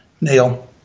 Neil